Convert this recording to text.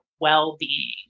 well-being